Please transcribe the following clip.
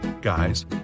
Guys